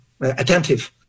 attentive